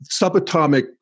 subatomic